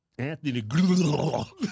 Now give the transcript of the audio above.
Anthony